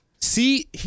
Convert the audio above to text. See